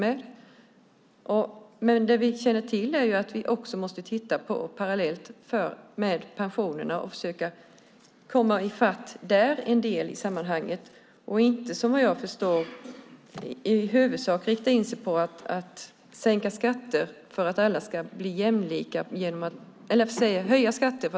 Men det som vi känner till är att vi måste titta på detta parallellt med pensionerna för att där komma i fatt till en del i detta sammanhang. Vi ska inte i huvudsak rikta in oss på att höja skatter för att alla ska få samma och rättvisa skatter.